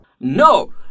No